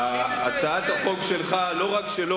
הצעת החוק שלך לא רק שלא